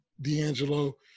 D'Angelo